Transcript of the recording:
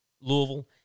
Louisville